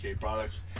products